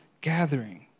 gathering